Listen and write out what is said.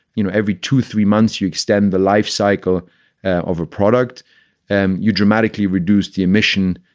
you know, every two, three months, you extend the life cycle of a product and you dramatically reduce the emission,